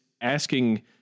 asking